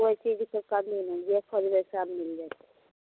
कोइ चीजके कमी नहि जे खोजबै सब मिल जाएत